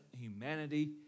humanity